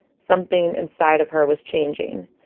something inside of her was changing.